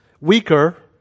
Weaker